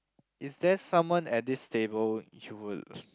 is there someone at this table you will